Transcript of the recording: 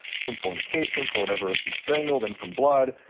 from fornication, for whatever has been strangled and from blood.